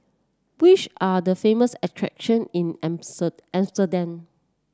which are the famous attractions in Amsterdam